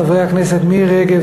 חברי הכנסת מירי רגב,